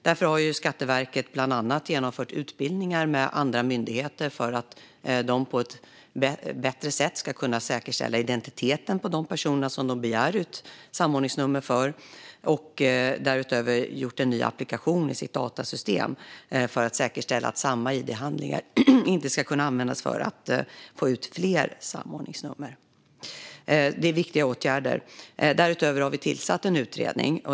Därför har Skatteverket bland annat genomfört utbildningar med andra myndigheter för att de på ett bättre sätt ska kunna säkerställa identiteten på de personer som de begär ut samordningsnummer för. Därutöver har det gjort en ny applikation i sitt datasystem för att säkerställa att samma id-handlingar inte ska kunna användas för att få ut fler samordningsnummer. Det är viktiga åtgärder. Regeringen har därutöver tillsatt en utredning.